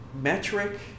Metric